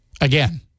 Again